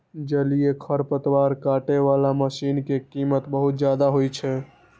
जलीय खरपतवार काटै बला मशीन के कीमत बहुत जादे होइ छै